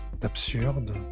d'absurde